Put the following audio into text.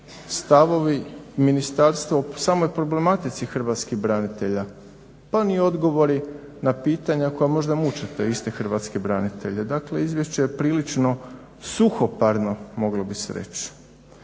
stavovi ministarstvo u samoj problematici hrvatskih branitelja pa ni odgovori na pitanja koja možda muče te iste branitelje. Dakle, izvješće je prilično suhoparno moglo bi se reći.